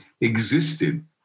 existed